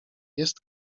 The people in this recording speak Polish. jest